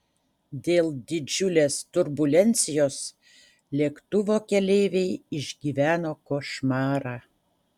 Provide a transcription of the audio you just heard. dėl didžiulės turbulencijos lėktuvo keleiviai išgyveno košmarą